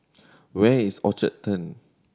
where is Orchard Turn